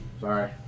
Sorry